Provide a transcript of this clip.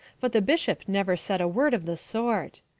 but the bishop never said a word of the sort.